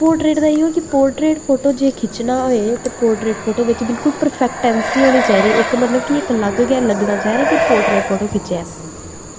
portrait दा एह् ऐ कि पोर्ट्रेट फोटो जे खिच्चना होऐ ते पोर्ट्रेट फोटो बिच बिलकुल परफेक्टेंसी होनी चाहिदी इक मतलब कि इक अलग गै लग्गना चाहिदा कि पोर्ट्रेट फोटो खिच्चेआ ऐ